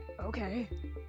Okay